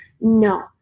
No